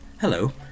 Hello